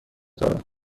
دارد